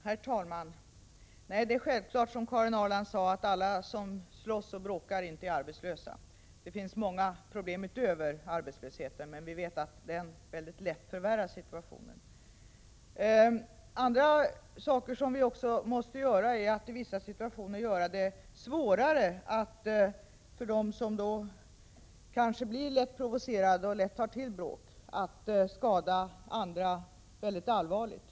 Herr talman! Nej, det är självklart som Karin Ahrland sade, att inte alla som slåss och bråkar är arbetslösa. Det finns många fler problem än arbetslösheten, men vi vet att den lätt förvärrar situationen. Andra saker som vi måste göra är att i vissa situationer göra det svårare för dem som lätt blir provocerade och kanske lätt tar till bråk att allvarligt skada andra.